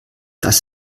das